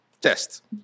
test